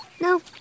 No